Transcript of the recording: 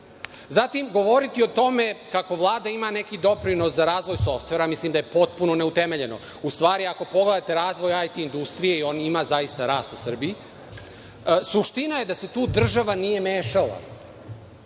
desilo. Zatim, govoriti o tome kako Vlada ima neki doprinos za razvoj softvera, mislim, da je potpuno neutemeljeno. U stvari ako pogledate razvoje IT industrije, on zaista ima rast u Srbiji, suština je da se tu država nije mešala